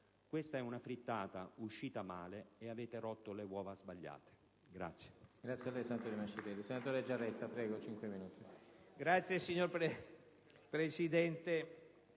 Questa è una frittata uscita male, e avete rotto le uova sbagliate.